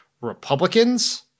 Republicans